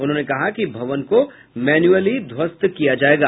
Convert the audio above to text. उन्होंने कहा कि भवन को मैन्यूली ध्वस्त किया जायेगा